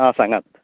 हां सांगात